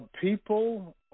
People